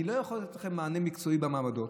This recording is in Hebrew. אני לא יכול לתת לכם מענה מקצועי במעבדות,